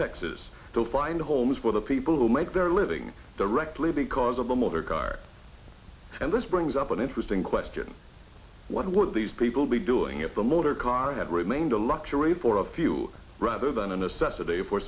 texas still find homes for the people who make their living directly because of the motorcar and this brings up an interesting question what would these people be doing if the motor car had remained a luxury for a few rather than a necessity for